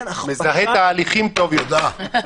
מזהה תהליכים טוב יותר.